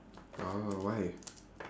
orh why